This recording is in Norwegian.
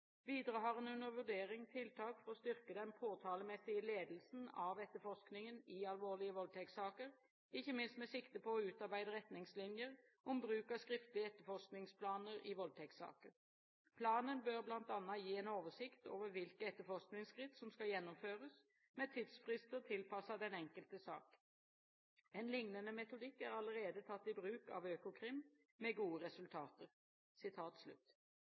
Videre har en under vurdering tiltak for å styrke den påtalemessige ledelsen av etterforskingen i alvorlige voldtektssaker, ikke minst med sikte på å utarbeide retningslinjer om bruk av skriftlige etterforskingsplaner i voldtektssaker. Planen bør blant annet gi en oversikt over hvilke etterforskingsskritt som skal gjennomføres, med tidsfrister tilpasset den enkelte sak. En lignende metodikk er allerede tatt i bruk av Økokrim, med gode resultater.»